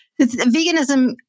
veganism